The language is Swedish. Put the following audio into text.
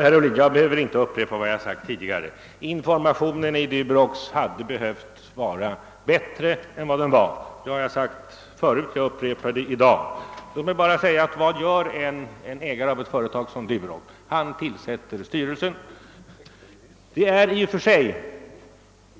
Herr talman! Jag behöver, herr Ohlin, inte upprepa att informationen i Duroxaffären borde ha varit bättre än vad den var. Det har jag sagt tidigare, och jag har också gjort det förut i dag. Låt mig bara tillägga att på ägaren av ett företag ankommer att bl.a. ange riktlinjerna för företagets verksamhet och att tillsätta dess styrelse.